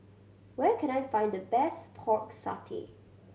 where can I find the best Pork Satay